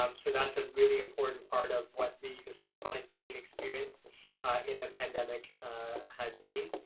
um so that's a really important part of what the sort of chronic pain experience in the pandemic has been.